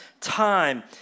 time